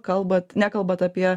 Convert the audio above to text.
kalbat nekalbat apie